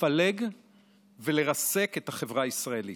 לפלג ולרסק את החברה הישראלית,